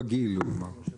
לבחון את הנושא הזה.